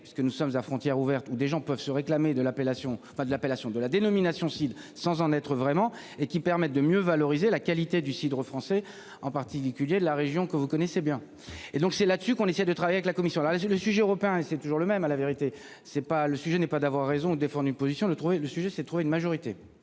est que nous sommes à frontières ouvertes où des gens peuvent se réclamer de l'appellation. Pas de l'appellation de la dénomination cibles sans en être vraiment et qui permettent de mieux valoriser la qualité du cidre français en particulier de la région que vous connaissez bien et donc c'est là-dessus qu'on essaie de travail avec la commission là le sujet européen c'est toujours le même à la vérité, c'est pas le sujet n'est pas d'avoir raison défendu une position de trouver le sujet c'est de trouver une majorité.